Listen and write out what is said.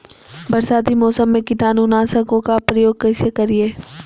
बरसाती मौसम में कीटाणु नाशक ओं का प्रयोग कैसे करिये?